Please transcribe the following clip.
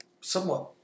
somewhat